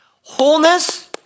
Wholeness